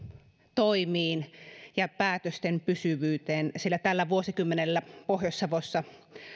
toimiin ja päätösten pysyvyyteen sillä tällä vuosikymmenellä pohjois savossa